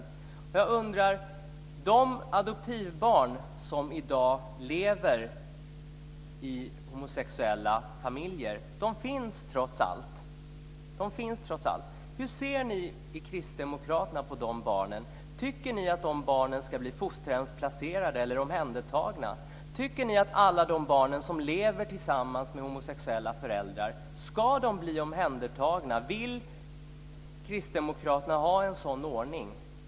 Hur ser ni i Kristdemokraterna på de adoptivbarn som i dag lever i homosexuella familjer - för de finns trots allt? Tycker ni att de ska bli fosterhemsplacerade eller omhändertagna? Tycker ni att alla de barn som lever tillsammans med homosexuella föräldrar ska bli omhändertagna? Vill Kristdemokraterna ha en sådan ordning?